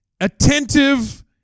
attentive